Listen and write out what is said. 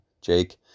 jake